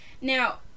Now